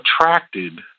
attracted